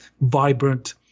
vibrant